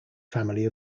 family